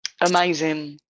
amazing